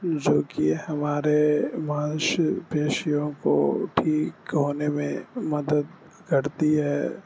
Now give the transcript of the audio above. جو کہ ہمارے ماس پیشیوں کو ٹھیک ہونے میں مدد کرتی ہے